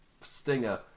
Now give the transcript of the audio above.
stinger